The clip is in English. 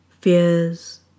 Fears